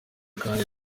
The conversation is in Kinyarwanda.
kandi